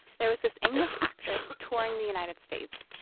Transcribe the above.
there was this english actress touring the united states.